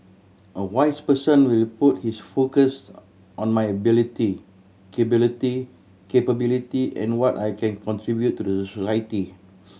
a wise person will put his focus on my ability capability and what I can contribute to the society